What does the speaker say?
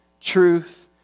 truth